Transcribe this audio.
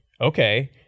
Okay